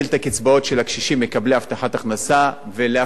להפתעתי, בוז'י ידידי, האוצר